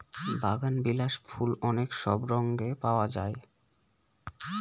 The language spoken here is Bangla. বাগানবিলাস ফুল অনেক সব রঙে পাওয়া যায়